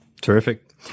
Terrific